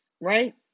right